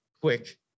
quick